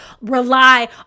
rely